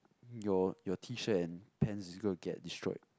your your T-shirt and pants is going to get destroyed